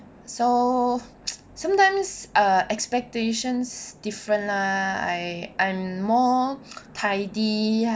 so sometimes err expectations different lah I I'm more tidy